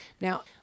Now